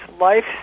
life